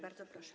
Bardzo proszę.